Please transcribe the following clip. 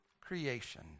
creation